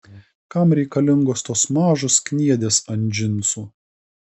kam reikalingos tos mažos kniedės ant džinsų